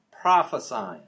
prophesying